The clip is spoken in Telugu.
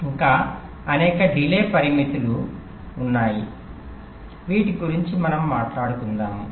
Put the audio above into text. ఇంకా అనేక డిలే పరిమితులు ఉన్నాయి వీటి గురించి మనం మాట్లాడుకుందాము